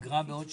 פגרה בעוד שבוע.